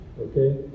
Okay